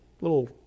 little